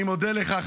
אני מודה לך,